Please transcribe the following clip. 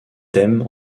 thèmes